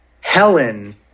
Helen